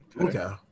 okay